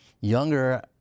younger